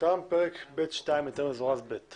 פרק ב'2: היתר מזורז ב'.